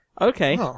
Okay